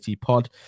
pod